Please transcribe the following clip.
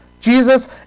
Jesus